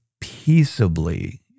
peaceably